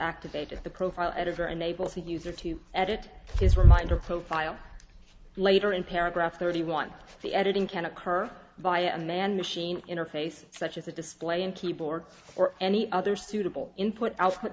activated the profile editor enables the user to edit his reminder profile later in paragraph thirty one of the editing can occur via a man machine interface such as a display in keyboard or any other suitable input output